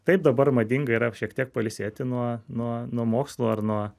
taip dabar madinga yra šiek tiek pailsėti nuo nuo nuo mokslo ar nuo